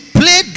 play